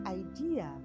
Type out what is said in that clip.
idea